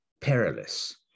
perilous